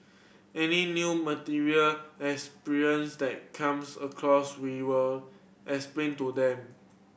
any new material experience that comes across we will explain to them